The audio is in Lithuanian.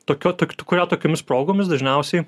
tokiu takt kurią tokiomis progomis dažniausiai